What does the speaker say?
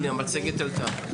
הנה, המצגת עלתה.